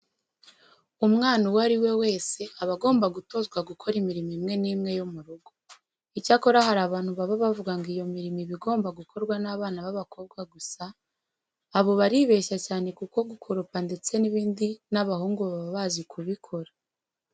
Umwana uwo ari we wese aba agomba gutozwa gukora imirimo imwe n'imwe yo mu rugo. Icyakora hari abantu baba bavuga ngo iyo mirimo iba igomba gukorwa n'abana b'abakobwa gusa abo baribeshya cyane kuko gukoropa ndetse n'ibindi n'abahungu baba bazi kubikora.